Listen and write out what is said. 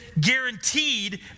guaranteed